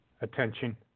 attention